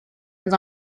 his